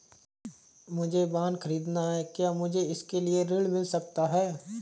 मुझे वाहन ख़रीदना है क्या मुझे इसके लिए ऋण मिल सकता है?